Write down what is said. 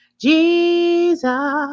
Jesus